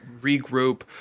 regroup